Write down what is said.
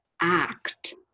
act